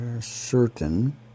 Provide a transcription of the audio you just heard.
certain